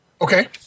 Okay